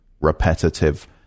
repetitive